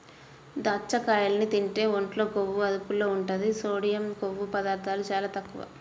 దాచ్చకాయల్ని తింటే ఒంట్లో కొవ్వు అదుపులో ఉంటది, సోడియం, కొవ్వు పదార్ధాలు చాలా తక్కువ